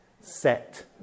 set